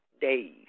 days